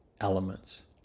elements